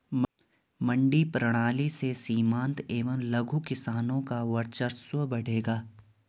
मंडी प्रणाली से सीमांत एवं लघु किसानों का वर्चस्व बढ़ेगा